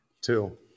Two